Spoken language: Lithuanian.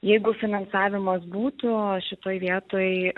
jeigu finansavimas būtų o šitoj vietoj